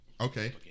Okay